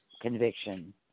conviction